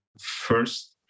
first